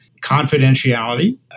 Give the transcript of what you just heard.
confidentiality